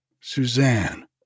Suzanne